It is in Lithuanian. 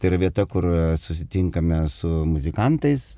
tai yra vieta kur susitinkame su muzikantais